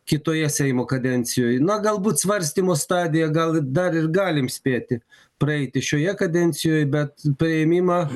kitoje seimo kadencijoj na galbūt svarstymo stadiją gal dar ir galim spėti praeiti šioje kadencijoj bet priėmimą